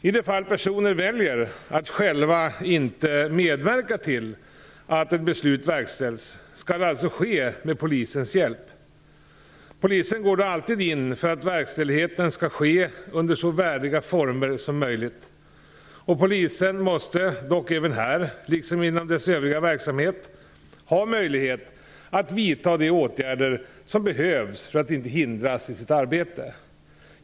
I de fall personer väljer att själva inte medverka till att ett beslut verkställs skall det alltså ske med polisens hjälp. Polisen går då alltid in för att verkställigheten skall ske under så värdiga former som möjligt. Polisen måste dock även här, liksom inom sin övriga verksamhet, ha möjlighet att vidta de åtgärder som behövs för att inte hindras i sitt arbete.